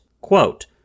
Quote